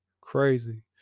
crazy